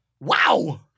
Wow